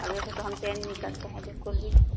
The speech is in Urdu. اب ایسے تو ہم چینج نہیں کرتے ہیں بالکل بھی